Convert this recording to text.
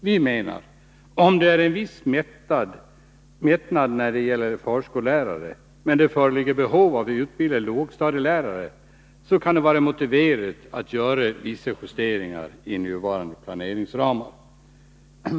Vi menar att om det är en viss mättnad när det gäller förskollärare men det föreligger behov av utbildade lågstadielärare, så kan det vara motiverat att göra vissa justeringar i nuvarande planeringsramar.